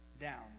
down